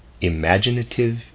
imaginative